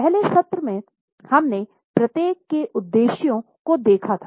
पहले सत्र में हमने प्रत्येक के उद्देश्यों को देखा था